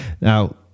Now